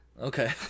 Okay